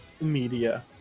media